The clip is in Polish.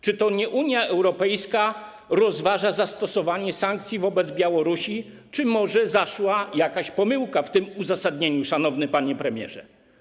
Czy to nie Unia Europejska rozważa zastosowanie sankcji wobec Białorusi, czy może zaszła jakaś pomyłka w tym uzasadnieniu, szanowny panie premierze?